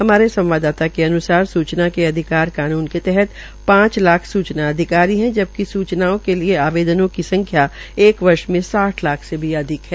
हमारे संवाददाता के अन्सार सूचना का अधिकार है जब कानून के तहत पांच लाख सुचना अधिकारी है जब सुचनाओं के लिए आवदेनों की संख्या एक वर्ष में साठ लाख से भी अधिक है